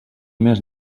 més